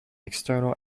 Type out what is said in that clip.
external